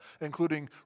including